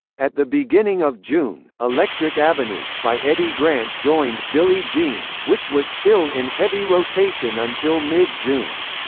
at the beginning of june, electric avenue by eddy grant joined billie jean, which was still in heavy rotation until mid-june.